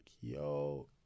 yo